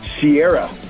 Sierra